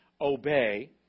obey